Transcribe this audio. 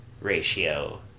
ratio